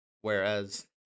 Whereas